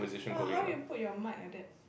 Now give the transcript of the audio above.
!wah! how you put your mic like that